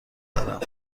دارم